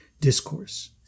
discourse